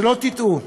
שלא תטעו,